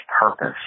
purpose